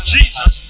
Jesus